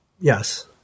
Yes